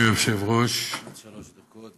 עד שלוש דקות.